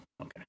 Okay